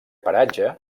paratge